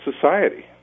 society